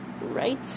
Right